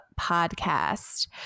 podcast